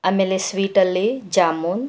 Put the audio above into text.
ಆಮೇಲೆ ಸ್ವೀಟ್ ಅಲ್ಲಿ ಜಾಮೂನ್